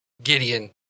Gideon